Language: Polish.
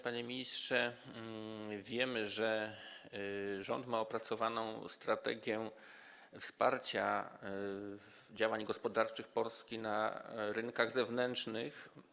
Panie ministrze, wiemy, że rząd ma opracowaną strategię wsparcia działań gospodarczych Polski na rynkach zewnętrznych.